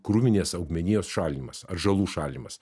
krūminės augmenijos šalinimas atžalų šalimas